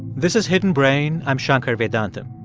this is hidden brain. i'm shankar vedantam.